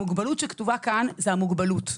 המוגבלות שכתובה כאן היא המוגבלות.